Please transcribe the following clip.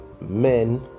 men